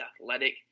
athletic